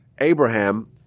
Abraham